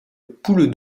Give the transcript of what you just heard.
poule